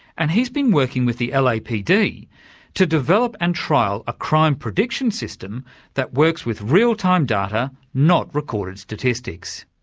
and he's been working with the lapd to develop and trial a crime prediction system that works with real-time data, not recorded statistics.